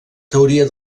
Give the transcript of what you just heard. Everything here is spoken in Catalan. teoria